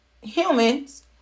humans